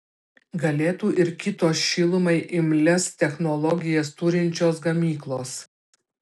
galėtų ir kitos šilumai imlias technologijas turinčios gamyklos